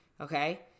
Okay